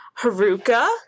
Haruka